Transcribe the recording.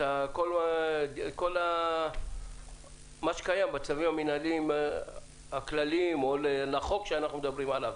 כל מה שקיים בצווים המינהליים הכלליים לחוק שאנחנו מדברים עליו,